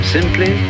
Simply